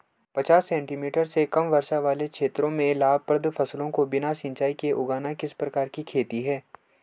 पचास सेंटीमीटर से कम वर्षा वाले क्षेत्रों में लाभप्रद फसलों को बिना सिंचाई के उगाना किस प्रकार की खेती है?